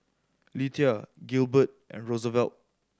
Lethia Gilbert and Rosevelt